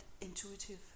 intuitive